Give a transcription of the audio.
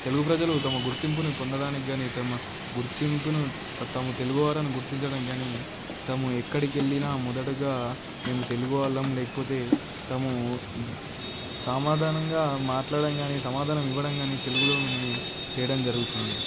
తెలుగు ప్రజలు తమ గుర్తింపును పొందడానికి కానీ తమ గుర్తింపును తమ తెలుగు వారని గుర్తించడం కానీ తము ఎక్కడికి వెళ్ళినా కానీ మొదటగా మేము తెలుగు వాళ్ళం లేకపోతే తము సమాధానంగా మాట్లాడటం కానీ సమాధానం ఇవ్వడం కానీ తెలుగులోనే చేయడం జరుగుతుంది